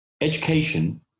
education